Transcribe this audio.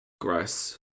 gross